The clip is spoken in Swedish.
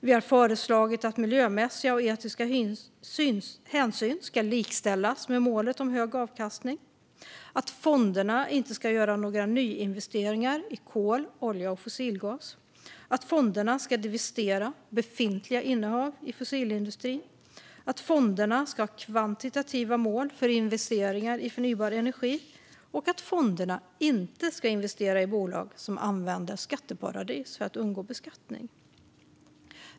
Vi har föreslagit att miljömässiga och etiska hänsyn ska likställas med målet om hög avkastning, att fonderna inte ska göra några nyinvesteringar i kol, olja eller fossilgas, att fonderna ska divestera befintliga innehav i fossilindustrin, att fonderna ska ha kvantitativa mål för investeringar i förnybar energi och att fonderna inte ska investera i bolag som använder skatteparadis för att undgå beskattning.